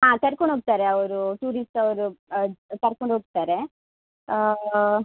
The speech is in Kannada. ಹಾಂ ಕರ್ಕೊಂಡು ಹೋಗ್ತಾರೆ ಅವರು ಟೂರಿಸ್ಟವರು ಕರ್ಕೊಂಡು ಹೋಗ್ತಾರೆ